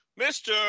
Mr